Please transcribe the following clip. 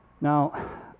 Now